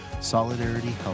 Solidarity